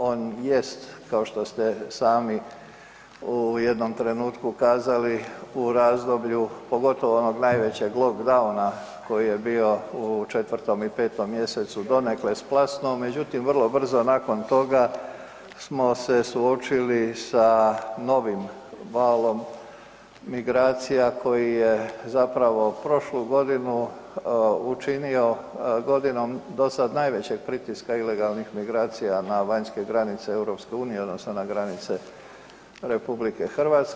On jest kao što ste sami u jednom trenutku kazali u razdoblju pogotovo onog najvećeg lockdowna koji je bio u 4. i 5. mjesecu donekle splasnuo, međutim vrlo brzo nakon toga smo se suočili sa novim valom migracija koji je zapravo prošlu godinu učinio godinom do sada najvećeg pritiska ilegalnih migracija na vanjske granice EU odnosno na granice RH.